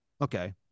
Okay